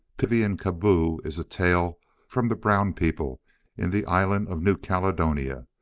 pivi and kabo is a tale from the brown people in the island of new caledonia,